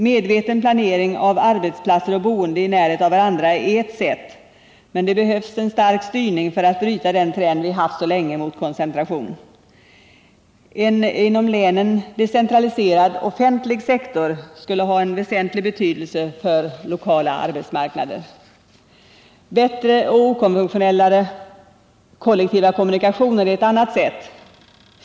Medveten planering av arbetsplatser och boende i närhet av varandra är ett sätt, men det behövs stark styrning för att bryta den trend mot koncentration vi haft så länge. En inom länen decentraliserad offentlig sektor skulle ha en väsentlig betydelse för lokala arbetsmarknader. Bättre — och okonventionellare — kollektiva kommunikationer är ett annat sätt.